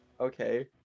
Okay